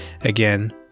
Again